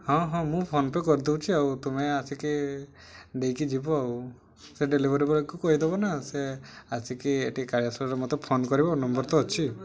ହଁ ହଁ ମୁଁ ଫୋନ ପେ କରିଦଉଛି ଆଉ ତୁମେ ଆସିକି ଦେଇକି ଯିବ ଆଉ ସେ ଡେଲିଭରି ବୟକୁ କହିଦବ ନା ସେ ଆସିକି ଟିକେ କାଳିଆ ଶୁଳାରେ ମତେ ଫୋନ କରିବ ନମ୍ବର ତ ଅଛି